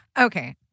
Okay